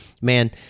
Man